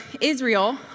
Israel